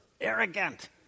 arrogant